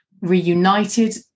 reunited